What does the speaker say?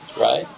right